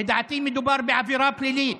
לדעתי, מדובר בעבירה פלילית.